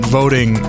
voting